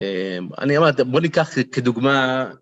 אני אמרתי בוא ניקח כדוגמה.